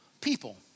people